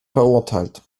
verurteilt